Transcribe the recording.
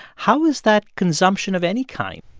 how is that consumption of any kind?